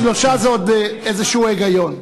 שלושה זה עוד איזשהו היגיון.